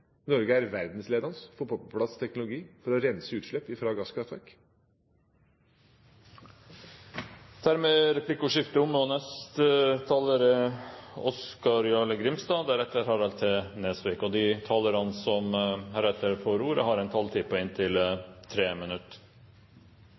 Norge er verdensledende når det gjelder å få på plass teknologi for å rense utslipp fra gasskraftverk. Dermed er replikkordskiftet omme. De talerne som heretter får ordet, har en taletid på inntil